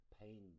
pain